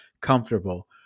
comfortable